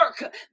work